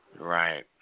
right